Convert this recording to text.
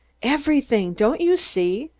everything! don't you see?